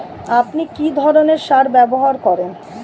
আপনি কী ধরনের সার ব্যবহার করেন?